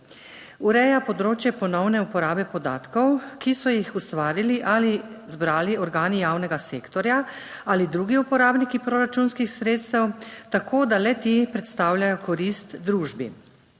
ureja področje ponovne uporabe podatkov, ki so jih ustvarili ali zbrali organi javnega sektorja ali drugi uporabniki proračunskih sredstev tako, da le ti predstavljajo korist družbi.